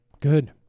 good